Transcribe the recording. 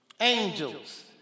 angels